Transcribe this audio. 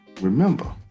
remember